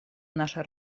наша